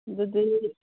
ꯑꯗꯨꯗꯤ